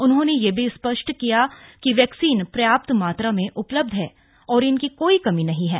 उन्होंने यह भी स्पष्ट किया कि वैक्सीन पर्याप्त मात्रा में उपलब्ध है और इनकी कोई कमी नहीं है